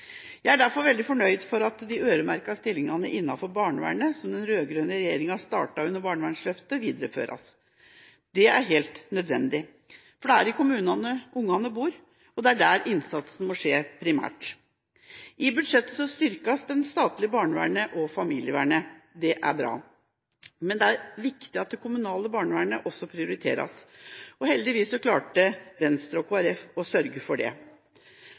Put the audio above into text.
Jeg er derfor veldig fornøyd med at de øremerkede stillingene innenfor barnevernet, som den rød-grønne regjeringa startet under barnevernsløftet, videreføres. Det er helt nødvendig. For det er i kommunene ungene bor, og det er der innsatsen må skje primært. I budsjettet styrkes det statlige barnevernet og familievernet. Det er bra, men det er viktig at det kommunale barnevernet også prioriteres. Heldigvis klarte Venstre og Kristelig Folkeparti å sørge for det.